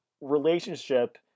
relationship